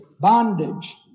Bondage